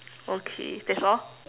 okay that's all